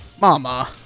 Mama